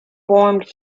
formed